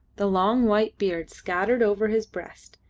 the long white beard scattered over his breast,